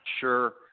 sure